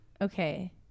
Okay